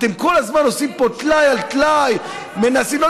אתם כל הזמן עושים פה טלאי על טלאי, מנסים.